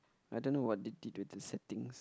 I don't know what they did to the settings